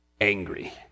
angry